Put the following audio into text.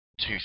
two